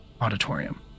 auditorium